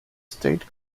state